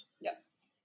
Yes